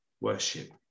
worship